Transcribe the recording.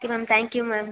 okay ma'am thank you ma'am